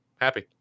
happy